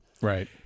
Right